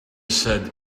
said